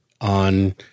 on